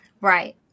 Right